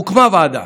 הוקמה ועדה,